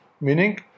Meaning